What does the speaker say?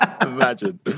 Imagine